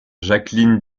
jacqueline